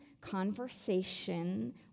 conversation